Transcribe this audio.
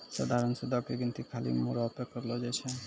सधारण सूदो के गिनती खाली मूरे पे करलो जाय छै